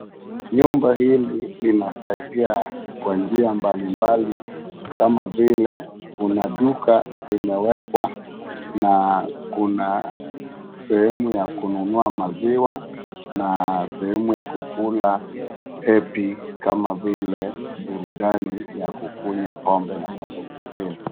Nyumba hili linasaidia kwa njia mbalimbali kama vile kuna duka limewekwa na kuna sehemu ya kununua maziwa na sehemu ya kukula hepi kama vile burundani ya kukunywa pombe na mambo mengine.